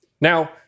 Now